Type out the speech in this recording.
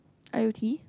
I O T